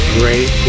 great